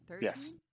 Yes